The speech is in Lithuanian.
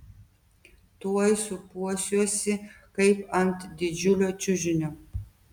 tuoj sūpuosiuosi kaip ant didžiulio čiužinio